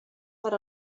per